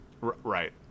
right